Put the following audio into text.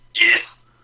Yes